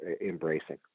embracing